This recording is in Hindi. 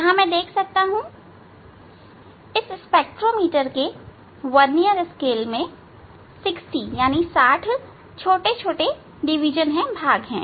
यहां मैं देख सकता हूं कि इस स्पेक्ट्रोमीटर के वर्नियर स्केल में 60 छोटे छोटे भाग हैं